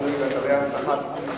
אתרים לאומיים ואתרי הנצחה (תיקון מס'